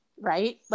right